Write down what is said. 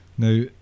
Now